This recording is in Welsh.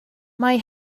mae